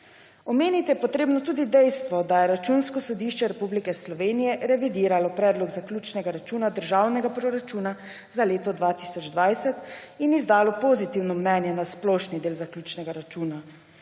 Omeniti je treba tudi dejstvo, da je Računsko sodišče Republike Slovenije revidiralo predlog zaključnega računa državnega proračuna za leto 2020 in izdalo pozitivno mnenje na splošni del zaključnega računa.